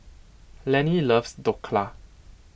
Lennie loves Dhokla